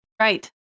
Right